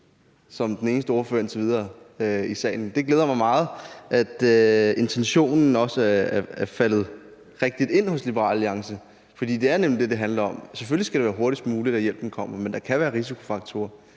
som den eneste ordfører i sagen indtil videre. Det glæder mig meget, at intentionen også er faldet rigtigt på plads hos Liberal Alliance, for det er nemlig det, det handler om. Selvfølgelig skal det være hurtigst muligt, at hjælpen kommer, men der kan være risikofaktorer,